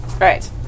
right